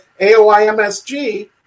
aoimsg